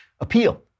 appeal